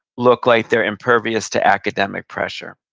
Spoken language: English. look like they're impervious to academic pressure.